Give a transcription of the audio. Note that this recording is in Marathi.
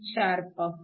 4 पाहू